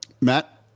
Matt